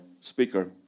speaker